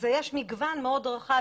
יש מגוון מאוד רחב,